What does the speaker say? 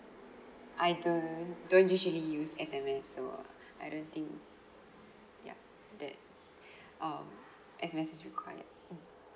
I don't don't usually use S_M_S so uh I don't think ya that um S_M_S is required mm